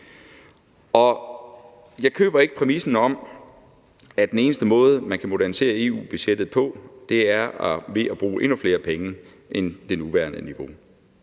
jeg køber ikke præmissen om, at den eneste måde, man kan modernisere EU-budgettet på, er ved at bruge endnu flere penge end det nuværende niveau,